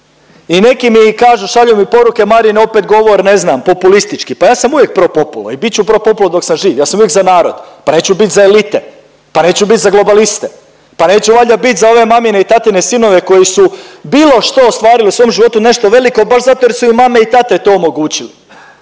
I neki mi kažu, šalju mi poruke Marine opet govor ne znam populistički, pa ja sam uvijek pro populo i bit ću pro populo dok sam živ, ja sam uvijek za narod, pa neću bit za elite, pa neću bit za globaliste, pa neću valjda bit za ove mamine i tatine sinove koji su bilo što ostvarili u svom životu nešto veliko baš zato jer su im mame i tate to omogućili.